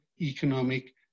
economic